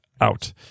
out